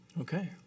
Okay